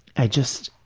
i just,